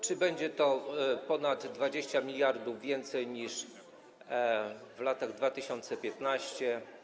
Czy będzie to ponad 20 mld więcej niż w roku 2015?